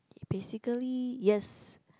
basically yes